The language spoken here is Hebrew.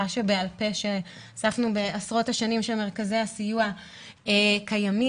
שבעל פה שאספנו בעשרות השנים שמרכזי הסיוע קיימים.